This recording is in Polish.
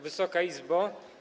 Wysoka Izbo!